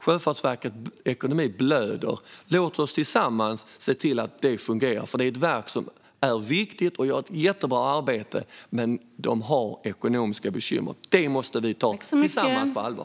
Sjöfartsverkets ekonomi blöder. Låt oss tillsammans se till att det fungerar. Det är ett verk som är viktigt och gör ett jättebra arbete, men det har ekonomiska bekymmer. Det måste vi tillsammans ta på allvar.